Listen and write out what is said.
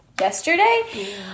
yesterday